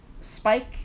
Spike